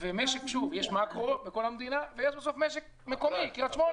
ולגבי משק: יש מקרו בכל המדינה ויש משק מיקרו קרית שמונה,